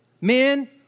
Men